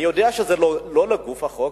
אני יודע שזה לא לגוף החוק,